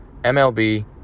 MLB